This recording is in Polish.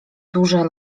duże